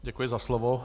Děkuji za slovo.